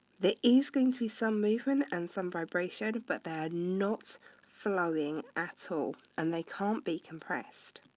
there is going to be some movement and some vibration, but they're not flowing at all, and they can't be compressed.